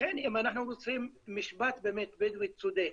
לכן אם אנחנו רוצים משפט באמת בדואי צודק,